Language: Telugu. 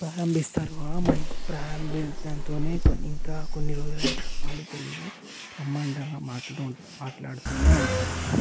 ప్రారంభిస్తారు ఆ మంచి ప్రారంభించటంతో కొన్ని ఇంకా కొన్ని రోజు అంతా వాళ్ళు తెలియవు బ్రహ్మాండంగా మాటలు మాట్లాడుతు ఉంటారు